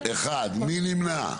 מי נמנע?